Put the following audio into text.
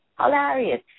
hilarious